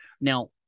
Now